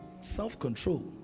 Self-control